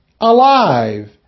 alive